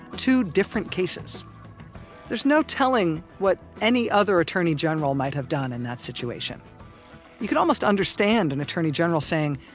two different cases there is no telling what any other attorney general might have done in that situation you could almost understand an attorney general saying,